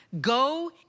Go